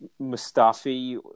Mustafi